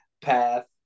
path